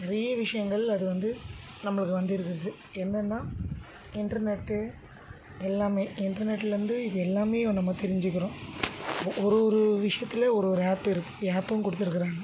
நிறைய விஷயங்கள் அது வந்து நம்மளுக்கு வந்திருக்கறது என்னென்னா இன்ட்ருநெட்டு எல்லாமே இன்ட்ருநெட்லருந்து இது எல்லாமே நம்ம தெரிஞ்சிக்கிறோம் ஒரு ஒரு விஷயத்தில் ஒரு ஒரு ஆப்பு இருக்குது ஆப்பும் கொடுத்துருக்குறாங்க